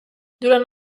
durant